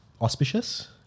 auspicious